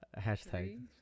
hashtag